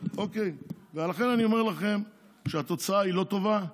לכן אני אומר לכם שהתוצאה היא לא טובה.